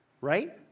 right